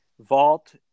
Vault